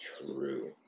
True